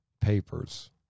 papers